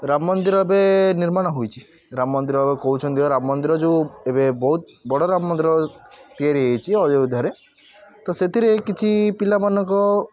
ରାମ ମନ୍ଦିର ଏବେ ନିର୍ମାଣ ହୋଇଛି ରାମମନ୍ଦିର ଏବେ କହୁଛନ୍ତି ବା ଯେଉଁ ରାମ ମନ୍ଦିର ଏବେ ବହୁତ ବଡ଼ ରାମ ମନ୍ଦିର ତିଆରି ହୋଇଛି ଅଯୋଧ୍ୟାରେ ତ ସେଥିରେ କିଛି ପିଲାମାନଙ୍କ